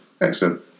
Excellent